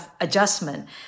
adjustment